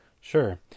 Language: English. Sure